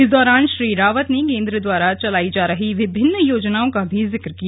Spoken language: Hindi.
इस दौरान श्री रावत ने केंद्र द्वारा चलाई जा रही विभिन्न योजनाओं का भी जिक्र किया